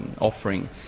offering